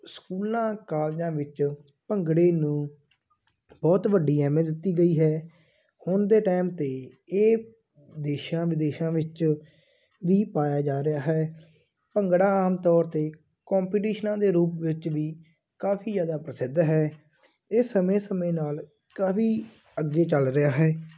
ਸਕੂਲਾਂ ਕਾਲਜਾਂ ਵਿੱਚ ਭੰਗੜੇ ਨੂੰ ਬਹੁਤ ਵੱਡੀ ਅਹਿਮੀਅਤ ਦਿੱਤੀ ਗਈ ਹੈ ਹੁਣ ਦੇ ਟਾਈਮ 'ਤੇ ਇਹ ਦੇਸ਼ਾਂ ਵਿਦੇਸ਼ਾਂ ਵਿੱਚ ਵੀ ਪਾਇਆ ਜਾ ਰਿਹਾ ਹੈ ਭੰਗੜਾ ਆਮ ਤੌਰ 'ਤੇ ਕੌਂਪੀਟੀਸ਼ਨਾਂ ਦੇ ਰੂਪ ਵਿੱਚ ਵੀ ਕਾਫੀ ਜ਼ਿਆਦਾ ਪ੍ਰਸਿੱਧ ਹੈ ਇਹ ਸਮੇਂ ਸਮੇਂ ਨਾਲ ਕਾਫੀ ਅੱਗੇ ਚੱਲ ਰਿਹਾ ਹੈ